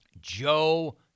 Joe